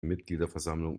mitgliederversammlung